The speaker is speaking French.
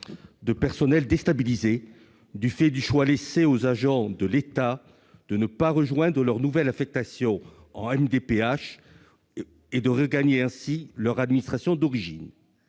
de personnel déstabilisée du fait du choix laissé aux agents de l'État de ne pas rejoindre leur nouvelle affectation en MDPH, mais de regagner leur administration d'origine.